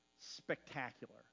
spectacular